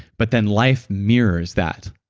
but then life mirrors that